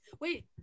wait